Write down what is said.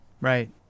right